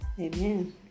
Amen